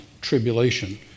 tribulation